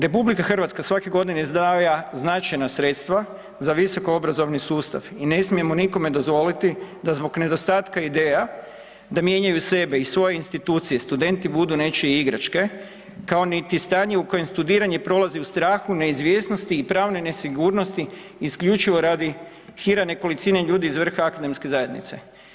RH svake godine izdvaja značajna sredstva za visokoobrazovni sustav i ne smijemo nikome dozvoliti da zbog nedostatka ideja, da mijenjaju sebe i svoje institucije, studenti budu nečije igračke, kao niti stanje u kojem studiranje prolazi u strahu, neizvjesnosti i pravne nesigurnosti isključivo radi hira nekolicine ljudi iz vrha akademske zajednice.